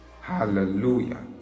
Hallelujah